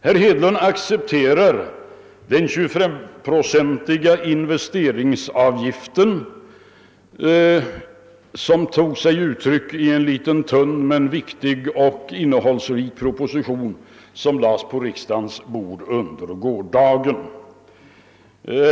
Herr Hedlund accepterar den 25-procentiga investeringsavgiften som föreslogs i en något tunn men viktig och innehållsrik proposition som lades på riksdagens bord under gårdagen.